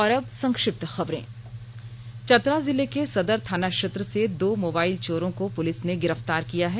और अब संक्षिप्त खबरें चतरा जिले के सदर थाना क्षेत्र से दो मोबाईल चोरों को पुलिस ने गिरफ्तार किया है